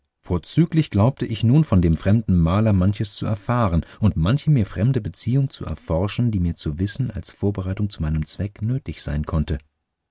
vorzüglich glaubte ich nun von dem fremden maler manches zu erfahren und manche mir fremde beziehung zu erforschen die mir zu wissen als vorbereitung zu meinem zweck nötig sein konnte